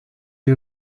you